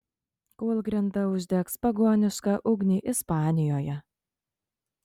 kūlgrinda uždegs pagonišką ugnį ispanijoje